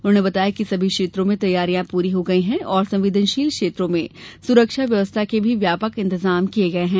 उन्होंने बताया कि सभी क्षेत्रों में तैयारियां पूरी हो गई हैं और संवेदनशील क्षेत्रों में सुरक्षा व्यवस्था के भी व्यापक इंतजाम किये गये हैं